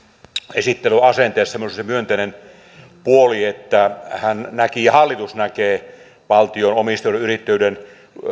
esittelyasenteessa oli minusta se myönteinen puoli että hän näki ja hallitus näkee valtion omistajuuden ja yrittäjyyden